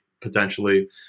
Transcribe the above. potentially